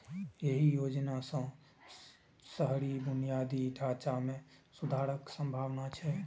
एहि योजना सं शहरी बुनियादी ढांचा मे सुधारक संभावना छै